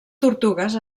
tortugues